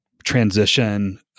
transition